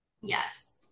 Yes